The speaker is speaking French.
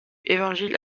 évangiles